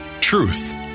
Truth